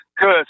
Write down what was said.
Good